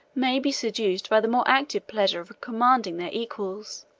may be seduced by the more active pleasure of commanding their equals.